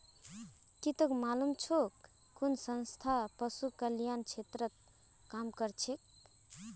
की तोक मालूम छोक कुन संस्था पशु कल्याण क्षेत्रत काम करछेक